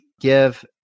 give